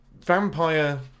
vampire